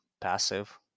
passive